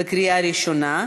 בקריאה ראשונה,